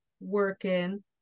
working